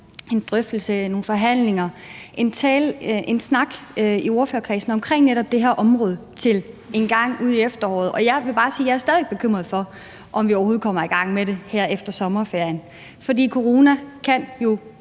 en drøftelse, nogle forhandlinger, en snak i ordførerkredsen omkring netop det her område til engang ud på efteråret. Og jeg vil bare sige, at jeg stadig væk er bekymret for, om vi overhovedet kommer i gang med det her efter sommerferien, fordi corona jo